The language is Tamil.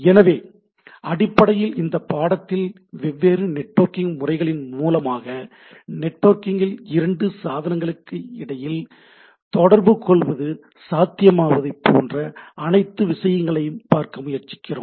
எனவே அடிப்படையில் இந்த பாடத்தில் வெவ்வேறு நெட்வொர்க்கிங் நெறிமுறைகளின் மூலமாக நெட்வொர்க்கில் இரண்டு சாதனங்களுக்கிடையில் தொடர்புகொள்வது சாத்தியமாவதைப் போன்ற அனைத்து விஷயங்களையும் பார்க்க முயற்சிக்கிறோம்